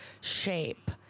shape